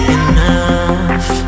enough